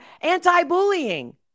anti-bullying